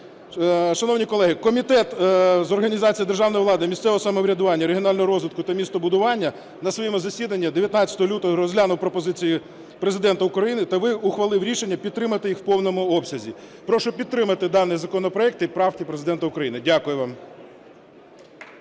Шановні колеги, Комітет з організації державної влади, місцевого самоврядування, регіонального розвитку та містобудування на своєму засідання 19 лютого розглянув пропозиції Президента України та ухвалив рішення підтримати їх в повному обсязі. Прошу підтримати даний законопроект і правки Президента України. Дякую вам.